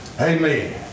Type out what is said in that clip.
Amen